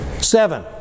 Seven